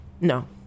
no